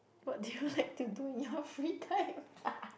what do you like to do in your free time